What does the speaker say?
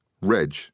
Reg